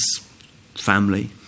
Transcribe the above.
family